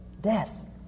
Death